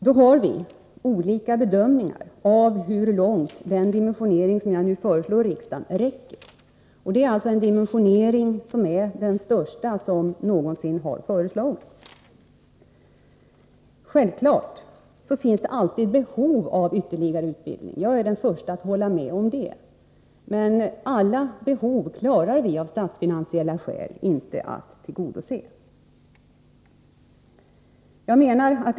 Det är bara det att vi gör olika bedömningar av hur långt den dimensionering räcker som jag nu föreslår riksdagen. Aldrig någonsin har gymnasieskolan dimensionerats för ett större antal 16-åringar. Självfallet finns det alltid ett behov av ytterligare utbildning. Jag är den första att hålla med om detta. Av statsfinansiella skäl går det emellertid inte att tillgodose alla behov.